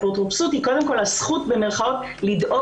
אפוטרופסות היא קודם כל הזכות לדאוג